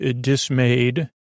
dismayed